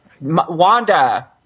Wanda